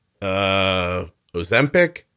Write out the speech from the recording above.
Ozempic